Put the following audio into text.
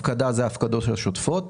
הפקדה זה ההפקדות השוטפות.